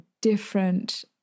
different